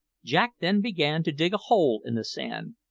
jack then began to dig a hole in the sand,